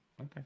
Okay